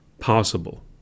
possible